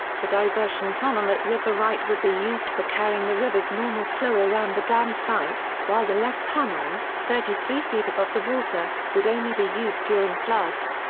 the diversion tunnel at river right would be used for carrying the river's normal flow around the dam site, while the left tunnel, thirty three feet above the water, would only be used during floods.